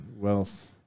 wealth